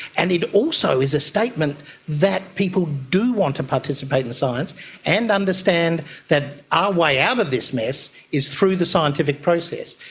and it also is a statement that people do want to participate in science and understand that our way out of this mess is through the scientific process.